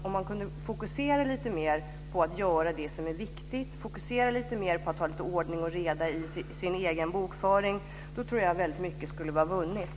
Om man kunde fokusera lite mer på att göra det som är viktigt och fokusera lite mer på att ha ordning och reda i sin egen bokföring tror jag att väldigt mycket skulle vara vunnet.